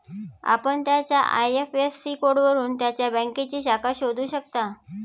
आपण त्याच्या आय.एफ.एस.सी कोडवरून त्याच्या बँकेची शाखा शोधू शकता